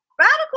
Radical